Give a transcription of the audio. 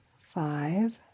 five